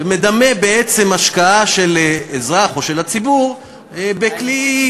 ומדמה בעצם השקעה של אזרח או של הציבור בכלי,